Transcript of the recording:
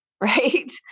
right